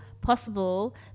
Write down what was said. possible